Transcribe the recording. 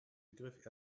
begriff